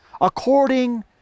according